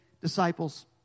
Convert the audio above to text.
disciples